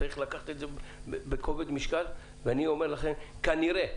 צריך לקחת את בכובד משקל ואני אומר לכם שכנראה